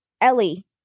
Ellie